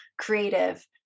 creative